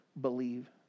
believe